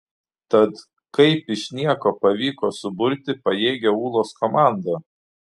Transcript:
tad kaip iš nieko pavyko suburti pajėgią ūlos komandą